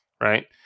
right